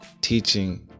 teaching